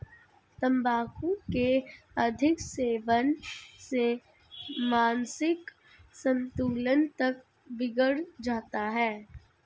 तंबाकू के अधिक सेवन से मानसिक संतुलन तक बिगड़ जाता है